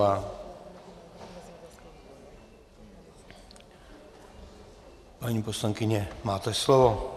Paní poslankyně, máte slovo.